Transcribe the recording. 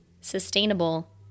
sustainable